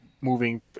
moving